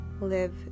live